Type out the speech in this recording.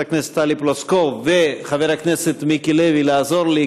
הכנסת טלי פלוסקוב ומחבר הכנסת מיקי לוי לעזור לי,